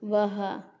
वाह